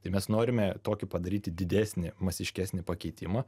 tai mes norime tokį padaryti didesnį masiškesnį pakeitimą